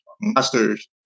masters